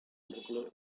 circular